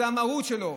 זה המהות שלו.